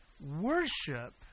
Worship